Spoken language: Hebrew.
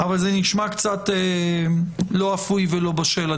אבל זה נשמע קצת לא אפוי ולא בשל.